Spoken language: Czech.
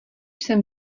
jsem